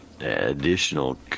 Additional